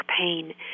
pain